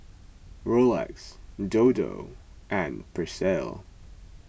Rolex Dodo and Persil